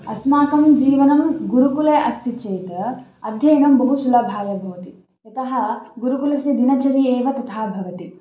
अस्माकं जीवनं गुरुकुले अस्ति चेत् अध्ययनं बहु सुलभाय भवति यतः गुरुकुलस्य दिनचर्या एव तथा भवति